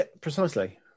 precisely